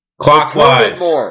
Clockwise